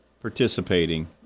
participating